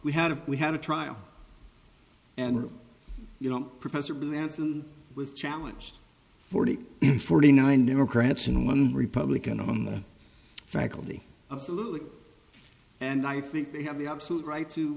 we had a we had a trial and you know professor manson was challenged forty in forty nine democrats in one republican on the faculty absolutely and i think they have the absolute right to